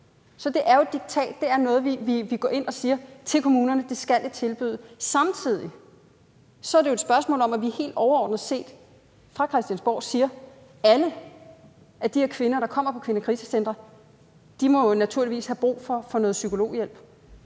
Så det er jo et diktat; det er noget, vi går ind og siger til kommunerne at de skal tilbyde. Samtidig er det jo et spørgsmål om, at vi helt overordnet set fra Christiansborg siger, at alle de her kvinder, der kommer på kvindekrisecentre, naturligvis må have brug for noget psykologhjælp,